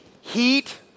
heat